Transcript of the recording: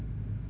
I want